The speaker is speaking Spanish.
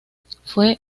fue